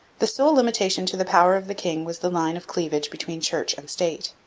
the sole limitation to the power of the king was the line of cleavage between church and state.